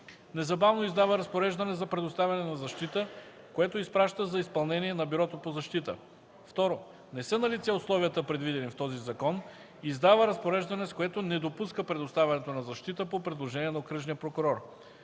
незабавно издава разпореждане за предоставяне на защита, което изпраща за изпълнение на Бюрото по защита; 2. не са налице условията, предвидени в този закон, издава разпореждане, с което не допуска предоставянето на защита по предложение на окръжния прокурор;